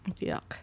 Yuck